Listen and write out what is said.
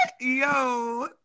Yo